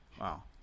Wow